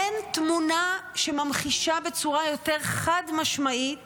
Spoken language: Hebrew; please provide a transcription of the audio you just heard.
אין תמונה שממחישה בצורה יותר חד-משמעית